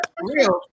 real